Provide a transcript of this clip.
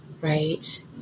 right